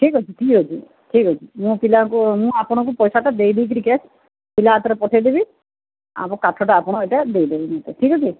ଠିକ୍ ଅଛି ଠିକ୍ ଅଛି ଠିକ୍ ଅଛି ମୁଁ ପିଲାଙ୍କୁ ମୁଁ ଆପଣଙ୍କୁ ପଇସାଟା ଦେଇଦେଇକରି କ୍ୟାସ୍ ପିଲା ହାତରେ ପଠେଇଦେବି ଆମ କାଠଟା ଆପଣ ଏଇଟା ଦେଇଦେବେ ମତେ ଠିକ୍ ଅଛି